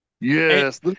Yes